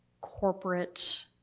corporate